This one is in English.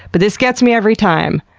but this gets me every time.